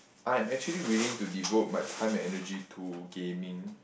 I'm actually willing to devote my time and energy to gaming